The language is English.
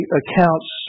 accounts